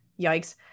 yikes